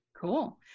Cool